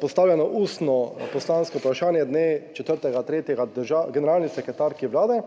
postavljeno ustno poslansko vprašanje dne 4. 3. generalni sekretarki Vlade,